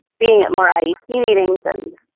being it more. i see meetings and